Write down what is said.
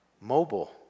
mobile